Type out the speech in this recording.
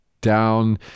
down